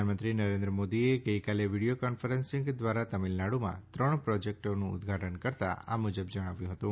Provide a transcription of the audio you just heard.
પ્રધાનમંત્રી નરેન્દ્ર મોદીએ ગઈકાલે વીડિથો કોન્ફરન્સિંગ દ્વારા તમિલનાડમાં ત્રણ પ્રોજેક્ટોનું ઉદઘાટન કરતાં આ મુજબ જણાવ્યું હતું